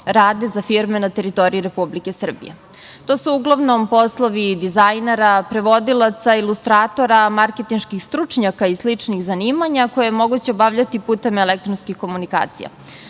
rade za firme na teritoriji Republike Srbije. To su uglavnom poslovi dizajnera, prevodilaca, ilustratora, marketinških stručnjaka i sličnih zanimanja, koje je moguće obavljati putem elektronskih komunikacija.